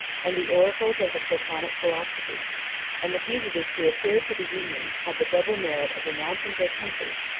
and the oracles of the platonic philosophy and the fugitives who adhered to the union, had the double merit of renouncing their country,